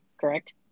correct